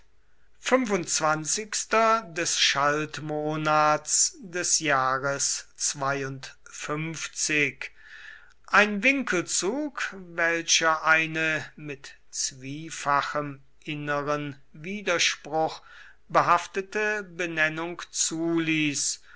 des schaltmonat des jahres ein winkelzug welcher eine mit zwiefachem inneren widerspruch behaftete benennung zuließ